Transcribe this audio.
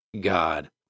God